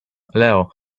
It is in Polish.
leo